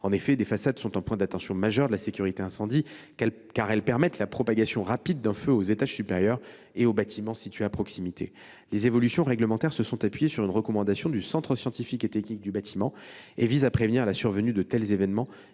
façade. Les façades sont un point d’attention majeur de la sécurité incendie, car elles permettent la propagation rapide du feu aux étages supérieurs et aux bâtiments situés à proximité. Les évolutions réglementaires se sont appuyées sur une recommandation du Centre scientifique et technique du bâtiment (CSTB). Elles visent à prévenir de tels événements